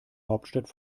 hauptstadt